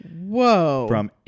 Whoa